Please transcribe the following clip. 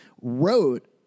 wrote